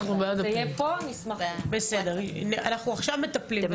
עכשיו אנחנו מטפלים בזה.